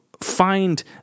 find